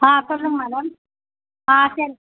ஆ சொல்லுங்க மேடம் ஆ சரி